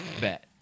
Bet